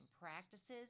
practices